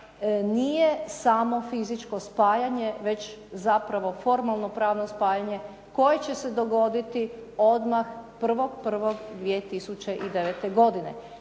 nije samo fizičko spajanje već zapravo formalno-pravno spajanje koje će se dogoditi odmah 1.1.2009. godine.